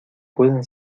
pueden